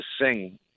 sing